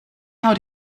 out